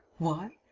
why?